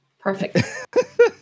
Perfect